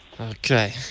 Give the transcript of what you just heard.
Okay